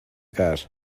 gar